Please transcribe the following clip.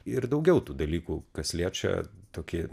ir daugiau tų dalykų kas liečia tokį